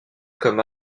comme